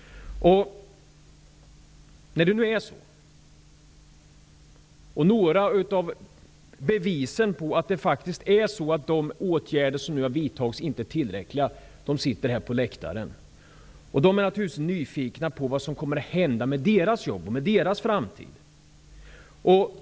Några av bevisen på att de åtgärder som nu har vidtagits inte är tillräckliga sitter här på läktaren. De är naturligtvis nyfikna på vad som kommer att hända med deras jobb och med deras framtid.